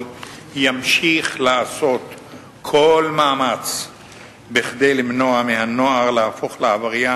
ימשיך לעשות כל מאמץ כדי למנוע מהנוער להפוך לעבריין,